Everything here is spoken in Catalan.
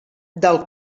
del